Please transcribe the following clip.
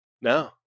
No